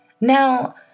Now